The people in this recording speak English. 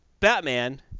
Batman